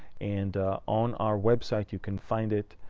and on our website you can find it.